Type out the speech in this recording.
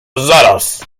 zaraz